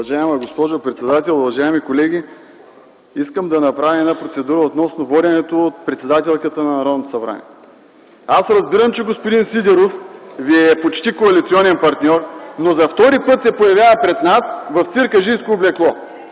Уважаема госпожо председател, уважаеми колеги! Искам да направя процедура относно начина на водене от председателката на Народното събрание. Аз разбирам, че господин Сидеров ви е почти коалиционен партньор, но за втори път се появява пред нас в циркаджийско облекло.